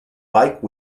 bike